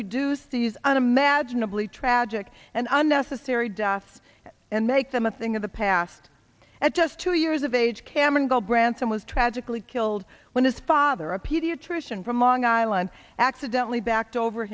reduce these unimaginably tragic and unnecessary deaths and make them a thing of the past and just two years of age cameron go branson was tragically killed when his father a pediatrician from long island accidentally backed over